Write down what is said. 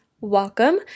welcome